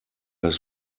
das